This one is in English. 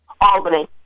Albany